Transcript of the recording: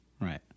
Right